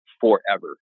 forever